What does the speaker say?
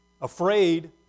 afraid